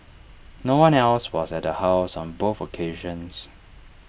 no one else was at the house on both occasions